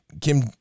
Kim